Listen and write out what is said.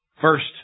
First